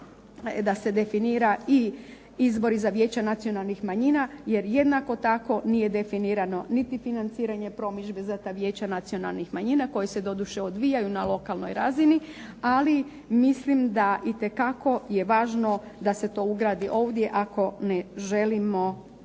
da se definira i izbori za Vijeće nacionalnih manjina, jer jednako tako nije definirano niti financiranje promidžbe za ta vijeća nacionalnih manjina koji se doduše odvijaju na lokalnoj razini, ali mislim da itekako je važno da se to ugradi ovdje ako ne želimo